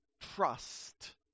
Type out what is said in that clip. trust